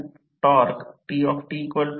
याला 230V दिले गेले असून ते 6